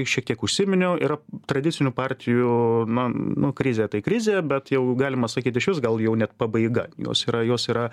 šiek tiek užsiminiau yra tradicinių partijų nu nu krizė tai krizė bet jau galima sakyt išvis gal jau net pabaiga jos yra jos yra